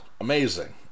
amazing